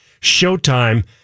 Showtime